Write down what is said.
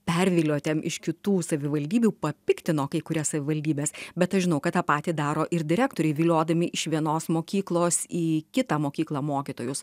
perviliotiem iš kitų savivaldybių papiktino kai kurias savivaldybes bet aš žinau kad tą patį daro ir direktoriai viliodami iš vienos mokyklos į kitą mokyklą mokytojus